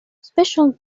special